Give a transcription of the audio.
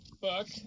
book